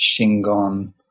Shingon